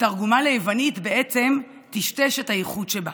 ותרגומה ליוונית בעצם טשטש הייחוד שבה.